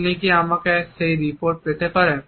আপনি কি আমাকে সেই রিপোর্ট পেতে পারেন